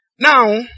Now